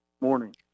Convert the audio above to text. Morning